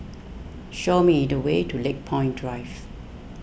show me the way to Lakepoint Drive